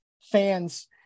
fans